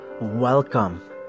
Welcome